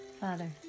Father